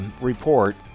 report